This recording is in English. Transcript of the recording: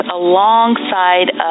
alongside